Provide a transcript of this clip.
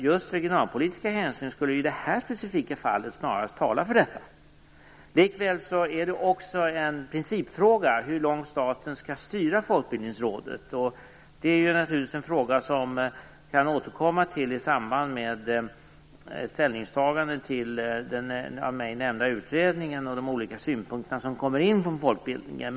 Just regionalpolitiska hänsyn skulle i det här specifika fallet snarast tala för det. Det är också en principfråga hur långt staten skall styra Folkbildningsrådet. Det är naturligtvis en fråga som vi kan återkomma till i samband med att vi tar ställning till den av mig nämnda utredningen och de olika synpunkter som kommer in från folkbildningen.